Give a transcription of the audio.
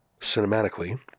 cinematically